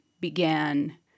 began